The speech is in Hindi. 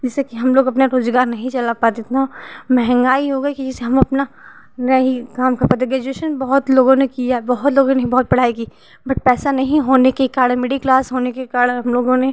जिससे कि हम लोग अपना रोजगार नही चला पा जितना महेंगाई हो गई कि जैसे हम अपना न ही काम कर पाते ग्रेजुएशन बहुत लोगों ने किया बहुत लोगों ने बहुत पढ़ाई की बट पैसा नहीं होने के कारण मिडल क्लास होने के कारण हम लोगों ने